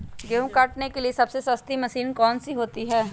गेंहू काटने के लिए सबसे सस्ती मशीन कौन सी होती है?